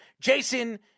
Jason